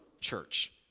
church